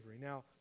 Now